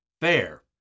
Fair